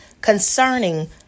Concerning